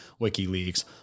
WikiLeaks